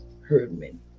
herdmen